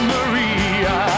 Maria